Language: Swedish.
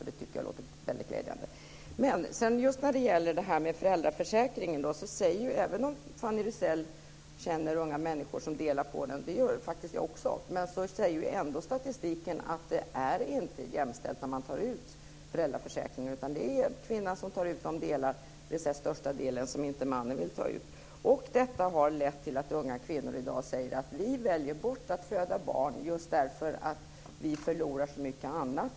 Det tycker jag låter mycket glädjande. Även om Fanny Rizell känner unga människor som delar på föräldraförsäkringen, det gör faktiskt jag också, säger statistiken att det inte är jämställt när man tar ut föräldraförsäkring. Det är kvinnan som tar ut de delar, dvs. den största delen, som inte mannen vill ta ut. Detta har lett till att unga kvinnor i dag säger: Vi väljer bort att föda barn därför att vi förlorar så mycket annat.